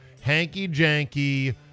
hanky-janky